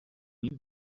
you